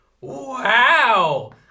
Wow